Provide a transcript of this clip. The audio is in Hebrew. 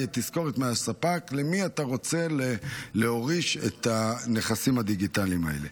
תהיה תזכורת מהספק למי אתה רוצה להוריש את הנכסים הדיגיטליים האלה.